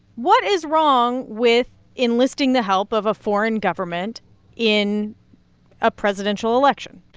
what is wrong with enlisting the help of a foreign government in a presidential election?